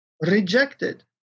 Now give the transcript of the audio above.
rejected